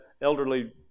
elderly